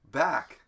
back